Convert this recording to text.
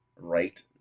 right